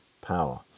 power